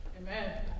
Amen